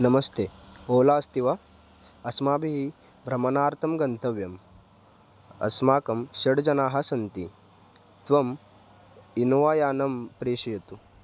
नमस्ते ओला अस्ति वा अस्माभिः भ्रमणार्थं गन्तव्यम् अस्माकं षड् जनाः सन्ति त्वम् इनोवा यानं प्रेषयतु